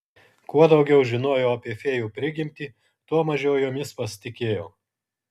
kuo daugiau žinojau apie fėjų prigimtį tuo mažiau jomis pasitikėjau